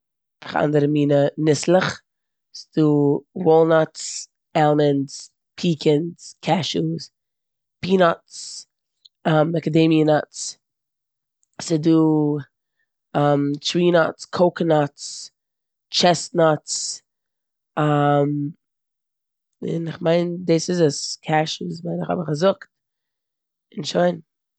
אנדערע מינע ניסלעך. ס'דא וואלנאטס, עלמאנדס, פיקאנס, קעשוס, פינאטס, מעקעדעמיען נאטס, ס'דא טרינאטס, קאקאנאטס, טשעסטנאטס, און כ'מיין דאס איז עס. קעשוס מיין איך האב איך געזאגט, און שוין.